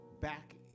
back